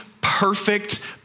perfect